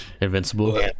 Invincible